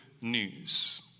news